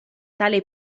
tale